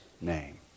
name